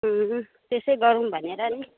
उँ हुँ त्यसै गरौँ भनेर नि